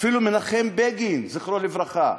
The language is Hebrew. אפילו מנחם בגין, זכרו לברכה,